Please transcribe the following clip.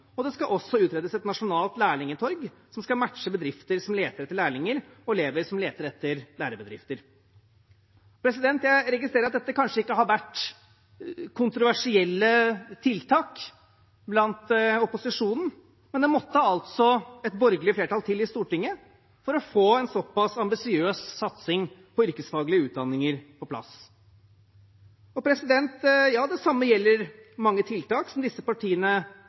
Det skal også utredes et nasjonalt lærlingtorg, som skal matche bedrifter som leter etter lærlinger, og elever som leter etter lærebedrifter. Jeg registrerer at dette kanskje ikke har vært kontroversielle tiltak blant opposisjonen, men det måtte altså et borgerlig flertall til i Stortinget for å få en såpass ambisiøs satsing på yrkesfaglige utdanninger på plass. Det samme gjelder mange tiltak som disse partiene